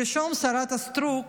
שלשום שרת הסטרוק